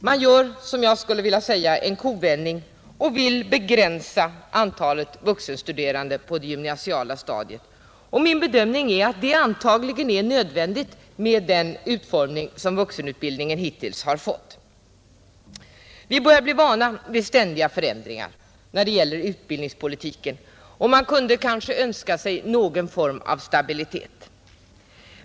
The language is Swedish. Man gör nu en kovändning och vill begränsa antalet vuxenstuderande på det gymnasiala stadiet. Min bedömning är att det antagligen är nödvändigt med den utformning som vuxenutbildningen hittills fått. Vi börjar bli vana vid ständiga förändringar när det gäller utbildningspolitiken, och man kunde kanske önska sig någon form av stabilitet.